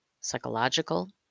psychological